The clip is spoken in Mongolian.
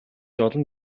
олон